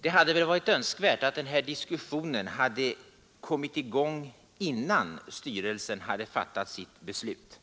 Det hade givetvis varit önskvärt att den här diskussionen hade kommit i gång innan styrelsen hade fattat sitt beslut.